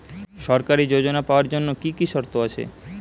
সরকারী যোজনা পাওয়ার জন্য কি কি শর্ত আছে?